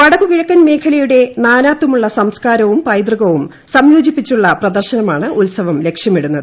വടക്കു കിഴക്കൻ മേഖലയുടെ നാനാത്വമുള്ള സംസ്കാരവും പൈതൃകവും സംയോജിപ്പിച്ചുള്ള പ്രദർശനമാണ് ഉൽസവം ലക്ഷ്യമിടുന്നത്